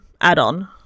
add-on